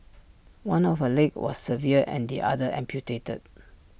one of her legs was severed and the other amputated